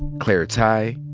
claire tighe,